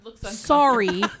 sorry